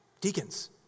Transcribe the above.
Deacons